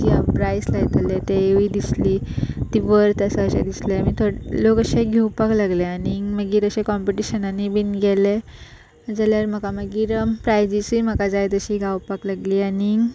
जी हांव प्रायस लायतालें तेवूय दिसली ती वर्त आसा अशें दिसलें मागी थोड लोक अशे घेवपाक लागले आनींग मागीर अशें कॉम्पिटिशनांनी बीन गेलें जाल्यार म्हाका मागीर प्रायजीसूय म्हाका जाय तशीं गावपाक लागलीं आनीक